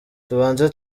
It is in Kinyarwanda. tubanze